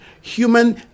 human